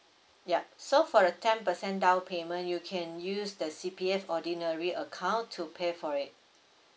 ya so for the ten percent down payment you can use the C_P_F ordinary account to pay for it